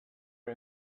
you